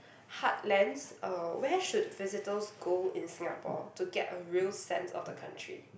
heartlands uh where should visitors go in Singapore to get a real sense of the country